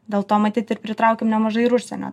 dėl to matyt ir pritraukiam nemažai ir užsienio